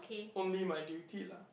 only my duty lah